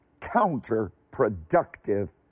counterproductive